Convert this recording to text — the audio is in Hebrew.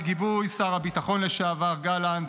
בגיבוי שר הביטחון לשעבר גלנט,